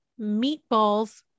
Meatballs